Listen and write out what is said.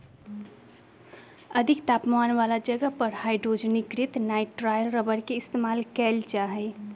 अधिक तापमान वाला जगह पर हाइड्रोजनीकृत नाइट्राइल रबर के इस्तेमाल कइल जा हई